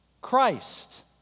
Christ